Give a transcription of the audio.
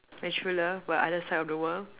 my true love but other side of the world